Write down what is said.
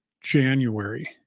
January